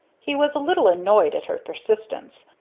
he was a little annoyed at her persistence.